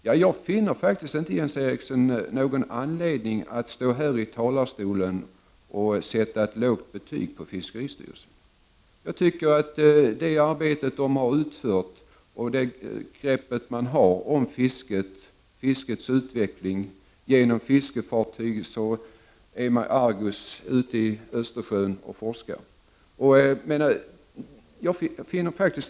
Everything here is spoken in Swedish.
Jag finner inte någon anledning att stå här i talarstolen och sätta ett lågt betyg på fiskeristyrelsen, som har utfört ett bra arbete och som har tagit ett grepp om fiskets utveckling och forskat i Östersjön med fartyget Argos.